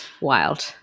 Wild